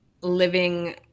living